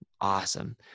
awesome